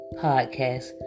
Podcast